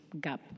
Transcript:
gap